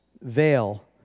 veil